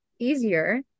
easier